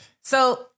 So-